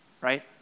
right